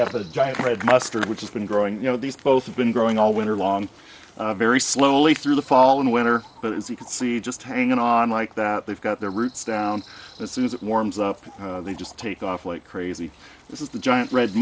have a giant red mustard which has been growing you know these both have been growing all winter long very slowly through the fall and winter but as you can see just hanging on like that they've got their roots down as soon as it warms up they just take off like crazy this is the giant red